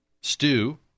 stew